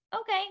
Okay